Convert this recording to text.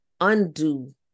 undo